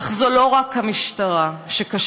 אך זו לא רק המשטרה שכשלה,